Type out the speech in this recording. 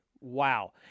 wow